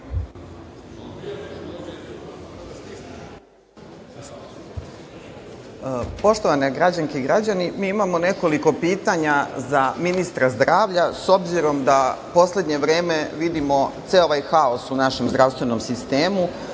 Poštovane građanke i građani, mi imamo nekoliko pitanja za ministra zdravlja, s obzirom da poslednje vreme vidimo ceo ovaj haos u našem zdravstvenom sistemu,